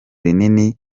rinini